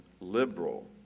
liberal